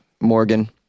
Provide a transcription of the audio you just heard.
Morgan